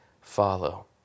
follow